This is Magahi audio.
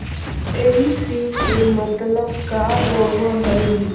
एन.पी.के मतलब का होव हइ?